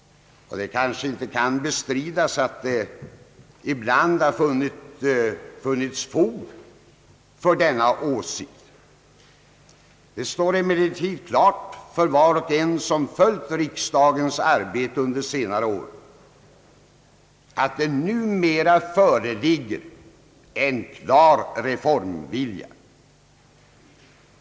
Det kan nog inte bestridas att det ibland har funnits fog för denna åsikt. Det står emellertid klart för var och en som under senare år följt riksdagens arbete att det numera föreligger en klar reformvilja.